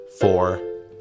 four